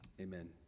Amen